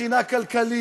מבחינה כלכלית,